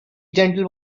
gentle